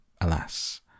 Alas